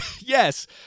yes